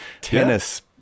tennis